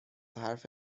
حرفت